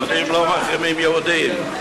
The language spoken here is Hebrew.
יהודים לא מחרימים יהודים.